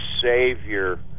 Savior